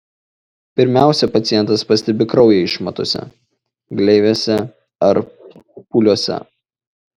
pirmiausia pacientas pastebi kraują išmatose gleivėse ar pūliuose